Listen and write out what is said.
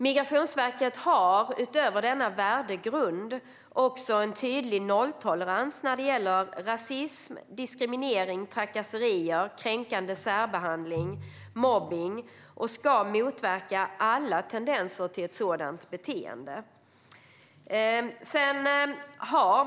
Migrationsverket har utöver denna värdegrund också en tydlig nolltolerans när det gäller rasism, diskriminering, trakasserier, kränkande särbehandling och mobbning, och myndigheten ska motverka alla tendenser till ett sådant beteende.